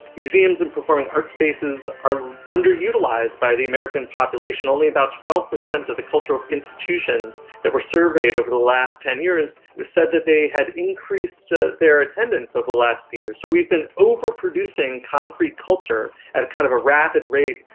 museums and performing arts spaces are underutilised by the american population. only about twelve percent of the cultural institutions that were surveyed over the last ten years said that they had increased ah their attendance over the last few years. so we've been overproducing concrete culture at kind of a rapid rate,